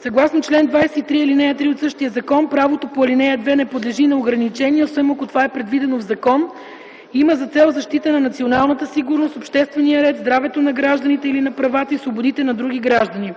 Съгласно чл. 23, ал. 3 от същия закон правото по ал. 2 не подлежи на ограничения, освен ако това е предвидено в закон и има за цел защита на националната сигурност, обществения ред, здравето на гражданите или на правата и свободите на други граждани.